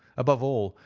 above all,